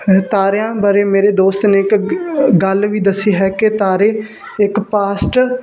ਤਾਰਿਆਂ ਬਾਰੇ ਮੇਰੇ ਦੋਸਤ ਨੇ ਇੱਕ ਗ ਗੱਲ ਵੀ ਦੱਸੀ ਹੈ ਕਿ ਤਾਰੇ ਇੱਕ ਪਾਸਟ